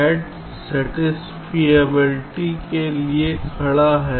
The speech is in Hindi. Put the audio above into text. SAT सटिस्फिअबिलिटी के लिए खड़ा है